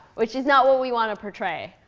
which is not what we want to portray.